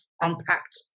unpacked